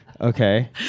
Okay